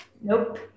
Nope